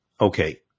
Okay